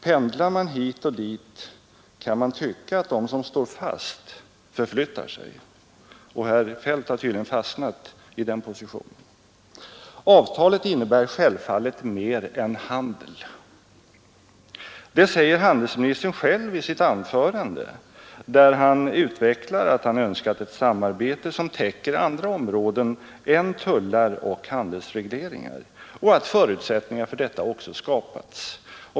Pendlar man hit och dit kan man tycka att den som står fast förflyttar sig och herr Feldt har tydligen fastnat i den positionen Avtalet innebär självfallet mer än handel. Det säger handelsministern själv i sitt anförande, där han utvecklar att han önskat ett samarbete som täcker andra områden än tullar och handelsregleringar och att förutsättningar för detta också skapats.